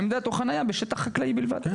העמדה או חניה בשטח חקלאי בלבד.